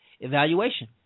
evaluation